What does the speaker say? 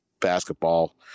basketball